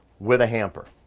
with a hamper.